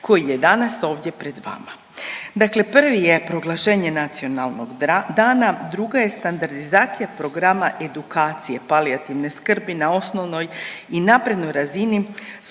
koji je danas ovdje pred vama. Dakle prvi je proglašenje nacionalnog dana, drugi je standardizacija programa edukacije palijativne skrbi na osnovnoj i naprednoj razini